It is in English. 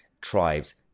tribes